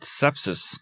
Sepsis